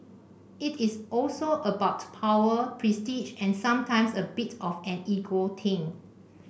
it is also about power prestige and sometimes a bit of an ego thing